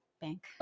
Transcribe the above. bank